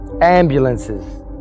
Ambulances